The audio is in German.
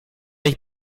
ich